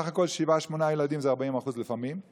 סך הכול 8-7 ילדים זה 40% לפעמים,